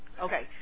Okay